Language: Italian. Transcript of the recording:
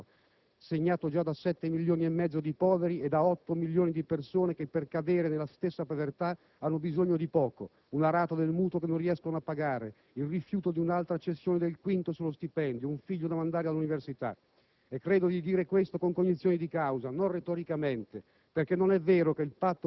Il Protocollo del 23 luglio cala come un'ulteriore mazzata sul grande disagio sociale italiano, segnato già da sette milioni e mezzo di poveri e da otto milioni di persone che per cadere nella povertà hanno bisogno di poco: una rata del mutuo che non riescono a pagare, il rifiuto di un'altra cessione del quinto sullo stipendio, un figlio da mandare all'università.